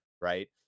right